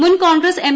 മുൻ കോൺഗ്രസ് എം